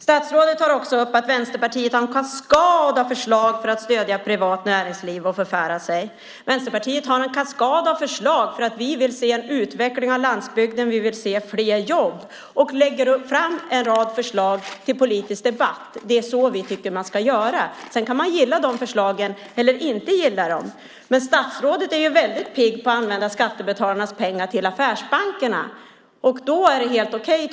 Vidare tar statsrådet upp att Vänsterpartiet har en kaskad av förslag för att stödja privat näringsliv, och förfärar sig. Vänsterpartiet har en kaskad av förslag för att vi vill se en utveckling av landsbygden och fler jobb. Därför lägger vi fram en rad förslag till politisk debatt. Det är så vi tycker att man ska göra. Sedan kan man gilla eller inte gilla förslagen. Statsrådet är väldigt pigg på att använda skattebetalarnas pengar till affärsbankerna. Då är det tydligen helt okej.